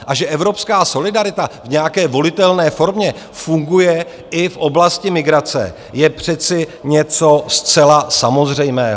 A že evropská solidarita v nějaké volitelné formě funguje i v oblasti migrace, je přece něco zcela samozřejmého.